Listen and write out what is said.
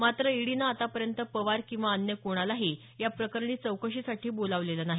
मात्र ईडीनं आतापर्यंत पवार किंवा अन्य कोणालाही या प्रकरणी चौकशीसाठी बोलावलेलं नाही